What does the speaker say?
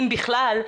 אם בכלל,